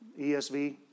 ESV